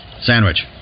sandwich